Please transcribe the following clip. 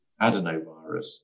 adenovirus